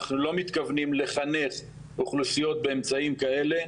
אנחנו לא מתכוונים לחנך אוכלוסיות באמצעים כאלה.